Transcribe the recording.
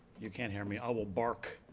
you can't hear me, i will bark.